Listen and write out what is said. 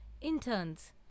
interns